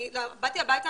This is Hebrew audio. באתי הביתה,